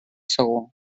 segur